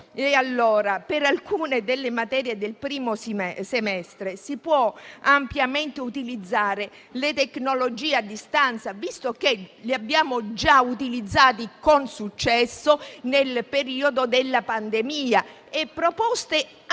Per alcune delle materie del primo semestre si potranno ampiamente utilizzare le tecnologie a distanza, visto che le abbiamo già utilizzate con successo nel periodo della pandemia e che sono state